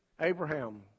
Abraham